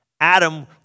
adam